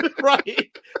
Right